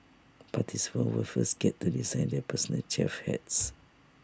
participants will first get to design their personal chef hats